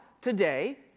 today